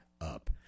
up